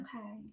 Okay